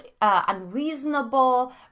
unreasonable